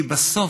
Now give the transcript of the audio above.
כי בסוף,